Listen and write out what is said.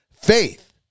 faith